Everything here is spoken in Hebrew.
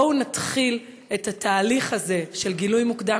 בואו נתחיל את התהליך הזה של "גילוי מוקדם